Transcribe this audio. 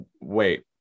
wait